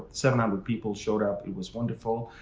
seven hundred people showed up. it was wonderful.